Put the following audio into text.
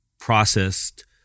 processed